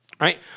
right